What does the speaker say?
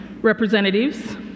representatives